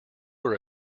are